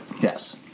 Yes